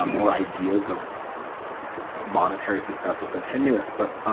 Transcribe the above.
um or ideas of monetary success are so tenuous but